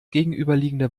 gegenüberliegende